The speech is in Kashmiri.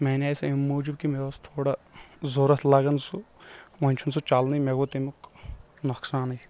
مےٚ اَنیاو سُہ أمہِ موجوٗب کہ مےٚ اوس تھوڑا ضوٚرَتھ لگن سُہ وۄنۍ چھُنہٕ سُہ چلنٕے مےٚ گوٚو تٔمیُک نۄقصانٕے